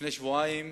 לפני שבועיים